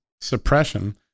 suppression